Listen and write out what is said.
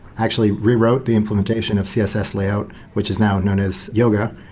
actually rewrote the implementation of css layout, which is now known as yoga,